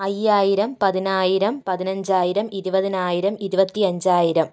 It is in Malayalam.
അയ്യായിരം പതിനായിരം പതിഞഞ്ചായിരം ഇരുപതിനായിരം ഇരുപത്തി അഞ്ചായിരം